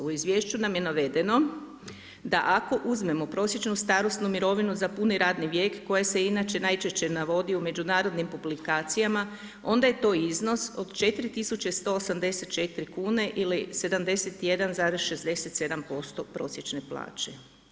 U izvješću nam je navedeno, da ako uzmemo prosječnu starosnu mirovinu za puni radni vijek, koje se inače najčešće navodi u međunarodnim publikacijama, onda je to iznos od 4184 kn ili 71,67% prosječne plaće.